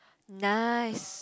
nice